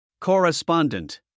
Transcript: Correspondent